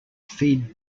feed